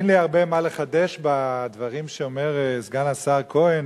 אין לי הרבה מה לחדש בדברים שאומר סגן השר כהן,